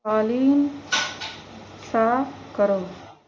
قالین صاف کرو